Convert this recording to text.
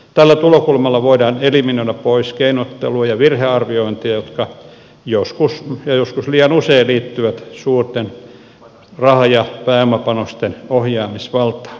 tällä tulokulmalla voidaan eliminoida pois keinottelua ja virhearviointeja jotka joskus ja joskus liian usein liittyvät suurten raha ja pääomapanosten ohjaamisvaltaan